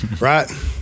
right